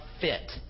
fit